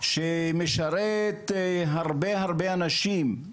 שמשרת הרבה-הרבה אנשים,